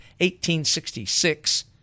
1866